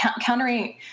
countering